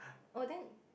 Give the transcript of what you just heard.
oh then